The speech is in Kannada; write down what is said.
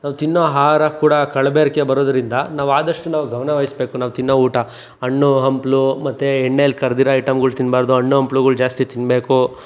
ನಾವು ತಿನ್ನೋ ಆಹಾರ ಕೂಡ ಕಲಬೆರಕೆ ಬರೋದ್ರಿಂದ ನಾವು ಆದಷ್ಟು ನಾವು ಗಮನವಹಿಸಬೇಕು ನಾವು ತಿನ್ನೋ ಊಟ ಹಣ್ಣು ಹಂಪಲು ಮತ್ತೆ ಎಣ್ಣೆಯಲ್ಲಿ ಕರೆದಿರೋ ಐಟಮ್ಗಳು ತಿನ್ಬಾರ್ದು ಹಣ್ಣು ಹಂಪಲುಗಳು ಜಾಸ್ತಿ ತಿನ್ನಬೇಕು